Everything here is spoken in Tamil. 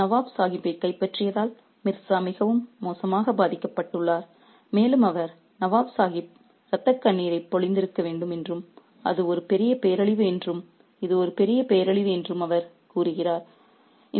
எனவே நவாப் சாஹிப்பைக் கைப்பற்றியதால் மிர்சா மிகவும் மோசமாக பாதிக்கப்பட்டுள்ளார் மேலும் அவர் நவாப் சாஹிப் இரத்தக் கண்ணீரைப் பொழிந்திருக்க வேண்டும் என்றும் அது ஒரு பெரிய பேரழிவு என்றும் இது ஒரு பெரிய பேரழிவு என்றும் அவர் கூறுகிறார்